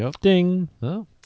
Ding